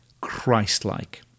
Christlike